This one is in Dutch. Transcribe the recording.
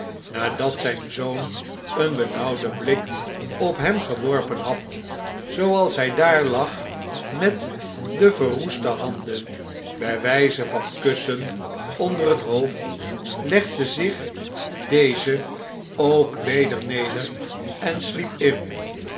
nadat zjjn zoon een benauwden blik op hem geworpen had zooals hjj daar lag met de verroeste handen bjj wijze van kussen onder het hoofd legde zich deze ook weder neder en sliep in